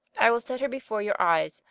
i will set her before your eyes,